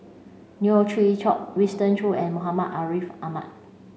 Neo Chwee Kok Winston Choos and Muhammad Ariff Ahmad